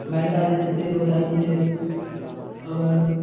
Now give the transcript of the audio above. bike आ जाने से ये होता है कि जे अगर